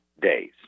days